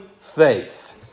faith